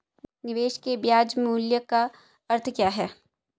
निवेश के ब्याज मूल्य का अर्थ क्या है?